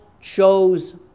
chose